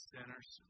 Sinners